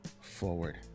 forward